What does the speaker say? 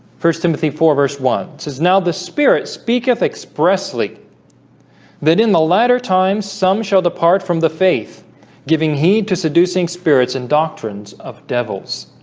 first timothy four verse one. it says now the spirit speaketh expressly that in the latter times some shall depart from the faith giving heed to seducing spirits and doctrines of devils